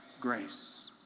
grace